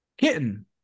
Kitten